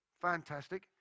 Fantastic